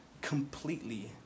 completely